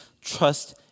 trust